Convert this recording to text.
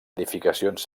edificacions